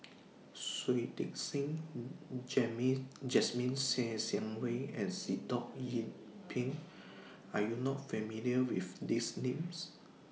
Shui Tit Sing Jasmine Ser Xiang Wei and Sitoh Yih Pin Are YOU not familiar with These Names